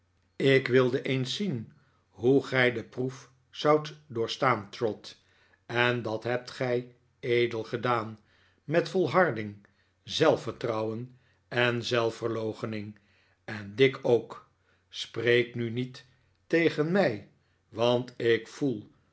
ik wilde eens zien hoe gij de proef zoudt doorstaan trot en dat hebt gij edel gedaan met volharding zelfvertrouwen en zelfverloochening en dick ook spreek nu niet tegen mij want ik voel